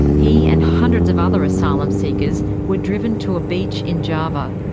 he and hundreds of other asylum seekers were driven to a beach in java.